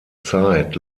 zeit